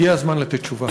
הגיע הזמן לתת תשובה.